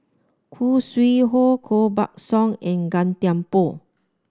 Khoo Sui Hoe Koh Buck Song and Gan Thiam Poh